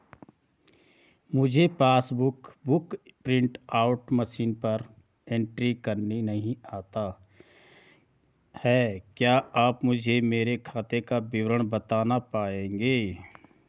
मुझे passbook book print out machine पर entry करना नहीं आता है क्या आप मुझे मेरे खाते का विवरण बताना पाएंगे?